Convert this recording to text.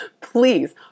Please